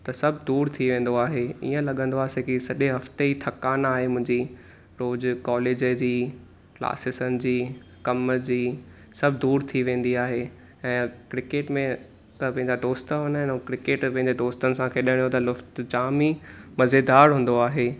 त सभु दूर थी वेन्दो आहे ईअं लॻिन्दो आहे जींअ सॾे हफ्ते जी थकानु आहे मुंहिंजी रोज़ कॉलेज जी क्लासिस जी कमु जी सभु दूर थी वेन्दी आहे ऐं क्रिकेट में जंहिंजा दोस्त हून्दा आहिनि उहा क्रिकेट पंहिंजे दोस्तनि सां गॾु खेॾण में जाम ई मज़ेदारु हून्दो आहे